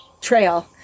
trail